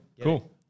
Cool